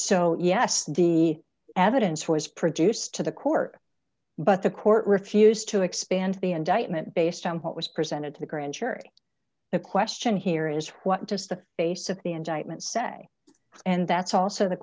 so yes the evidence was produced to the court but the court refused to expand the indictment based on what was presented to the grand jury the question here is what does the base of the indictment say and that's also the